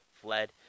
fled